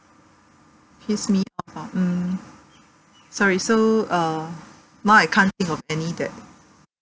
pissed me off ah mm sorry so uh now I can't think of any that